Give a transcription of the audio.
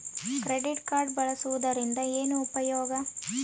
Credit card ಬಳಸುವದರಿಂದ ಏನು ಉಪಯೋಗ?